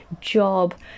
job